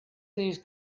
these